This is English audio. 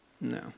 No